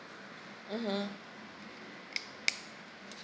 mmhmm